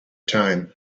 time